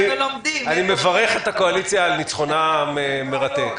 אני מברך את הקואליציה על ניצחונה המרתק.